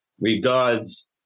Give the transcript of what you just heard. regards